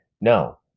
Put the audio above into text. No